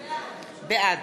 בעד